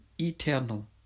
eternal